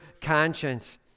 conscience